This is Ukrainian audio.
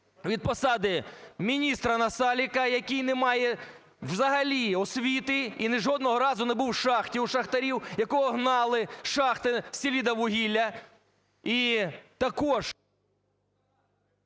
від посади міністра Насалика, який немає взагалі освіти і жодного разу не був в шахті у шахтарів, якого гнали з шахти "Селидіввугілля".